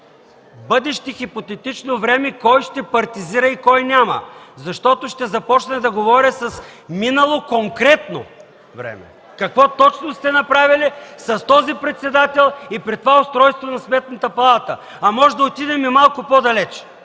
бъдеще хипотетично време кой ще партизира и кой – няма, защото ще започна да говоря с минало конкретно време какво точно сте направили с този председател и при това устройство на Сметната палата. А можем да отидем и малко по-далеч.